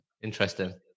interesting